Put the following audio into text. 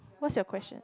what's your question